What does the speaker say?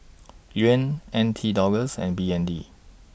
Yuan N T Dollars and B N D